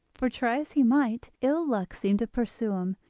for try as he might ill-luck seemed to pursue him,